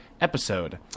episode